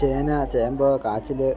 ചേന ചേമ്പ് കാച്ചിൽ